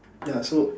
ya so